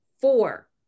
Four